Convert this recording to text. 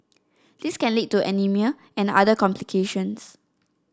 this can lead to anaemia and other complications